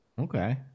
Okay